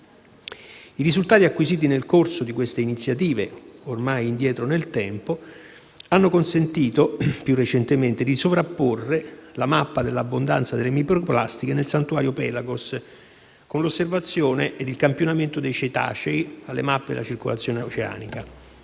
I risultati acquisiti nel corso di queste iniziative, ormai indietro nel tempo, hanno consentito più recentemente di sovrapporre la mappa dell'abbondanza delle microplastiche nel Santuario Pelagos, con l'osservazione ed il campionamento dei cetacei, alle mappe della circolazione oceanica.